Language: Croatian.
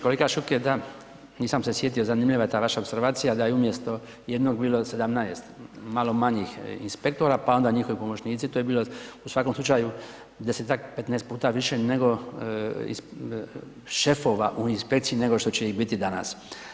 Kolega Šuker, da nisam se sjetio, zanimljiva je ta vaša opservacija da je umjesto jednog bilo 17 malo manjih inspektora, pa onda njihovi pomoćnici, to je bilo u svakom slučaju 10-tak, 15 puta više nego šefova u inspekciji, nego što će ih biti danas.